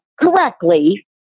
correctly